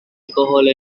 alcohol